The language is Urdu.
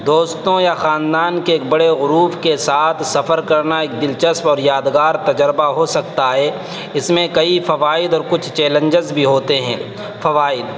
دوستوں یا خاندان کے ایک بڑے غروپ کے ساتھ سفر کرنا ایک دلچسپ اور یادگار تجربہ ہو سکتا ہے اس میں کئی فوائد اور کچھ چیلنجز بھی ہوتے ہیں فوائد